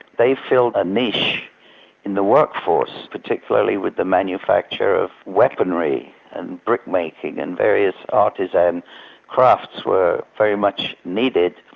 they filled a niche in the workforce, particularly with the manufacture of weaponry and brick-making and various artisan crafts were very much needed.